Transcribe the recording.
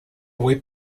web